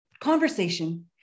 Conversation